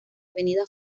avenida